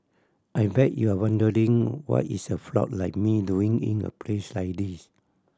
I bet you're wondering what is a frog like me doing in a place like this